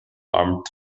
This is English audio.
armed